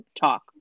talk